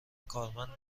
کارمند